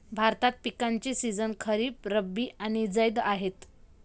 भारतात पिकांचे सीझन खरीप, रब्बी आणि जैद आहेत